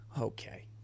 Okay